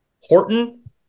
Horton